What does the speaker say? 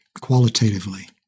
qualitatively